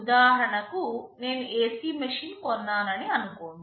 ఉదాహరణకు నేను AC machine కొన్నానని అనుకోండి